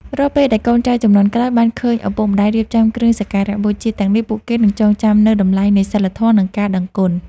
រាល់ពេលដែលកូនចៅជំនាន់ក្រោយបានឃើញឪពុកម្តាយរៀបចំគ្រឿងសក្ការបូជាទាំងនេះពួកគេនឹងចងចាំនូវតម្លៃនៃសីលធម៌ និងការដឹងគុណ។